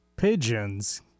Pigeons